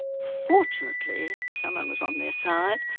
fortunately someone was on their side.